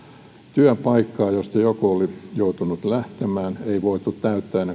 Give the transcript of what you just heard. työpaikkaa josta joku oli joutunut lähtemään ei voitu täyttää